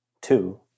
Two